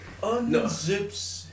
unzips